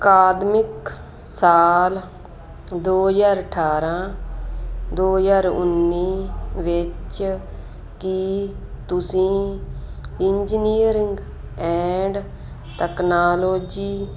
ਅਕਾਦਮਿਕ ਸਾਲ ਦੋ ਹਜ਼ਾਰ ਅਠਾਰ੍ਹਾਂ ਦੋ ਹਜ਼ਾਰ ਉੱਨੀ ਵਿੱਚ ਕੀ ਤੁਸੀਂ ਇੰਜੀਨੀਅਰਿੰਗ ਐਂਡ ਤਕਨਾਲੋਜੀ